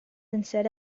instead